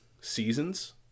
seasons